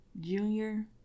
junior